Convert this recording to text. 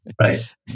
right